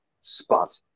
spot